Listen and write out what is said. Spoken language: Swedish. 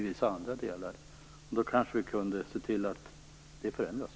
Vi kanske kunde se till att det förändras.